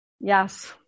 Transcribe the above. Yes